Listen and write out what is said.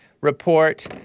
report